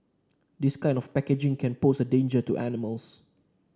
this kind of packaging can pose a danger to animals